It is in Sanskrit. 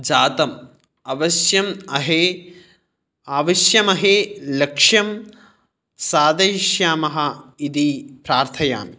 जतं अवश्यम् अहे अविष्यमहे लक्ष्यं सादयिष्यामः इति प्रार्थयामि